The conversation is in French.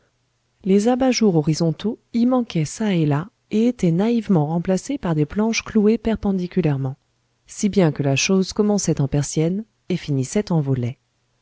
les abat-jour horizontaux y manquaient çà et là et étaient naïvement remplacés par des planches clouées perpendiculairement si bien que la chose commençait en persienne et finissait en volet